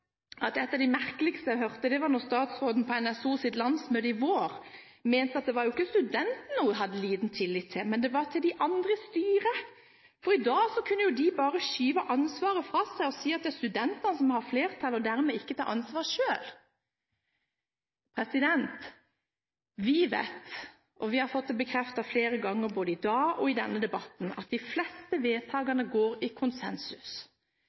Kanskje et av de merkeligste argumentene jeg hørte, var da statsråden på NSOs landsmøte i vår mente at det ikke var studentene hun hadde liten tillit til, men de andre i styret. For i dag kunne de bare skyve ansvaret fra seg og si at det er studentene som har flertall, og dermed ikke ta ansvar selv. Vi vet – og vi har fått det bekreftet flere ganger i dag i denne debatten – at de fleste vedtakene skjer ved konsensus.